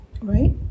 right